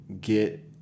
get